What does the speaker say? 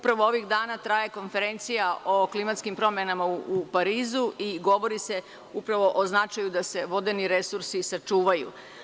Ovih dana traje Konferencija o klimatskim promenama u Parizu i govori se upravo o značaju da se vodeni resursi sačuvaju.